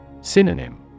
Synonym